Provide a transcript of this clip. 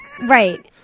Right